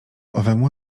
owemu